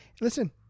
listen